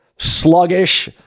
sluggish